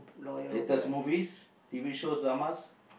latest movies t_v shows dramas